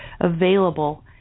available